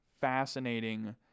fascinating